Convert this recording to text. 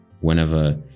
whenever